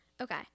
okay